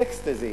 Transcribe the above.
"אקסטזי".